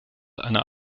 einer